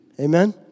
Amen